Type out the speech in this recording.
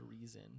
reason